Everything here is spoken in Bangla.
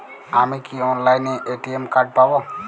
আমি কি অনলাইনে এ.টি.এম কার্ড পাব?